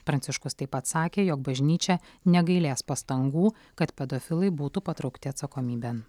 pranciškus taip pat sakė jog bažnyčia negailės pastangų kad pedofilai būtų patraukti atsakomybėn